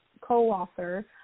co-author